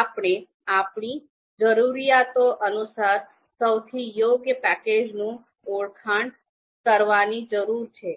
આપણે આપણી જરૂરિયાતો અનુસાર સૌથી યોગ્ય પેકેજની ઓળખ કરવાની જરૂર છે